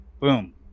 Boom